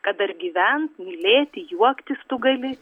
kad dar gyvent mylėti juoktis tu gali